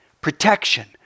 protection